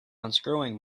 unscrewing